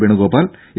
Venugopal A